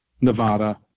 Nevada